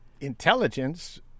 Intelligence